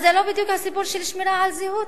אז זה לא בדיוק הסיפור של שמירה על זהות.